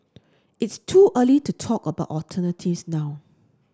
it's too early to talk about alternatives now